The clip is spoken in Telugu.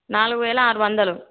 నాలుగు వేల ఆరు వందలు